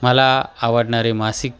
मला आवडणारे मासिक